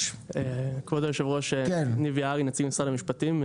אני נציג משרד המשפטים.